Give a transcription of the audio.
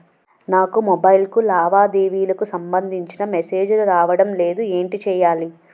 నాకు మొబైల్ కు లావాదేవీలకు సంబందించిన మేసేజిలు రావడం లేదు ఏంటి చేయాలి?